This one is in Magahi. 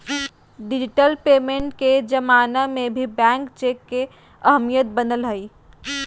डिजिटल पेमेंट के जमाना में भी बैंक चेक के अहमियत बनल हइ